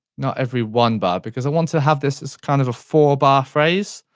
not every one bar because i want to have this as kind of a four bar phrase.